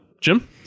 Jim